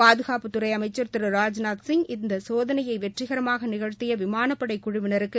பாதுகாப்புத்துறை அமைச்சள் திரு ராஜ்நாத்சிங் இந்த சோதனையை வெற்றிகரமாக நிகழ்த்திய விமானப்படை குழுவினருக்கு